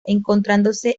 encontrándose